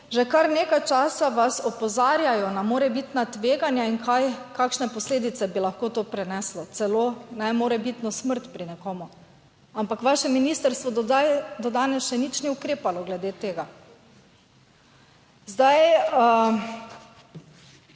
že kar nekaj časa vas opozarjajo na morebitna tveganja in kaj, kakšne posledice bi lahko to prineslo celo na morebitno smrt pri nekomu, ampak vaše ministrstvo do danes še nič ni ukrepalo glede tega. Zdaj,